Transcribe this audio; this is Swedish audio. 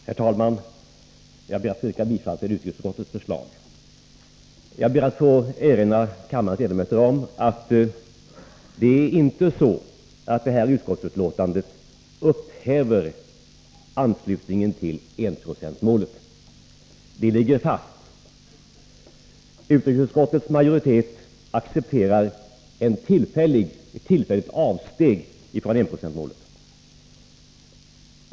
Herr talman! Jag ber att få yrka bifall till utrikesutskottets förslag. Jag ber att få erinra kammarens ledamöter om att det inte är så att ett bifall till utrikesutskottets hemställan i utlåtandet upphäver anslutningen till enprocentsmålet. Det ligger fast. Utrikesutskottets majoritet accepterar ett tillfälligt avsteg från enprocentsmålet.